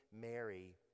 Mary